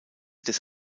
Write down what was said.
des